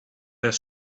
their